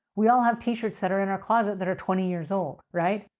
we all have t-shirts that are in our closet that are twenty years old. right?